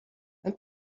and